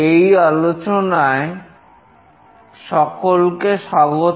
এই আলোচনায় সকলকে স্বাগত